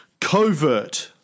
Covert